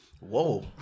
Whoa